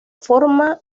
forma